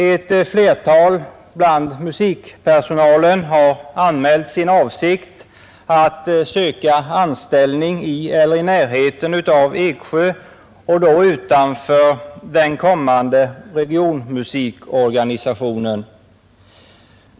Ett flertal bland musikpersonalen har anmält sin avsikt att söka anställning i eller i närheten av Eksjö och då utanför den kommande regionmusikorganisationen.